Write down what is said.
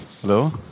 Hello